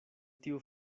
tiu